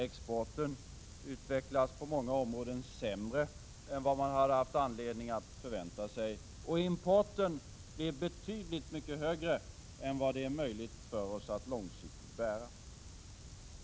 Exporten utvecklas på många områden sämre än vad man hade anledning att förvänta sig, och importen blir betydligt mycket högre än vad det är möjligt för oss att långsiktigt bära.